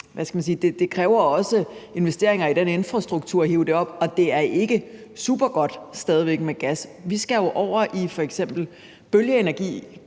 det kræver jo også nogle investeringer i den infrastruktur at hive den gas op, og det er stadig væk ikke supergodt med gas. Vi skal jo over i f.eks. bølgeenergi.